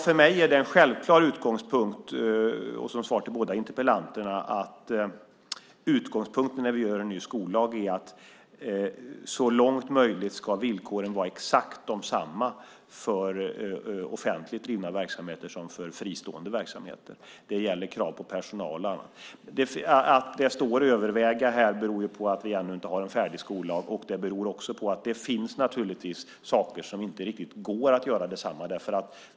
För mig är det självklart - detta som ett svar till interpellanterna här - att utgångspunkten när vi gör en ny skollag är att villkoren så långt som möjligt ska vara exakt desamma såväl för offentligt drivna verksamheter som för fristående verksamheter. Det gäller då bland annat kraven på personalen. Att det står "övervägs" i det skriftliga svaret beror på att vi ännu inte har en färdig skollag och på att det naturligtvis finns saker som inte riktigt går att göra på samma sätt.